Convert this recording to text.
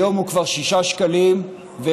היום הוא כבר 6 שקלים ו-20.